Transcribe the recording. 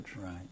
Right